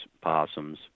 possums